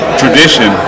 tradition